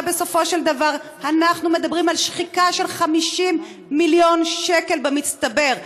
הרי בסופו של דבר אנחנו מדברים על שחיקה של 50 מיליון שקל במצטבר.